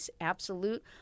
absolute